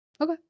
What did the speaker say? okay